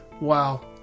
Wow